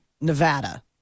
Nevada